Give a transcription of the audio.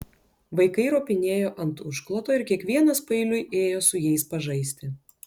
vaikai ropinėjo ant užkloto ir kiekvienas paeiliui ėjo su jais pažaisti